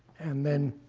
and then